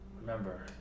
remember